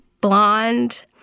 blonde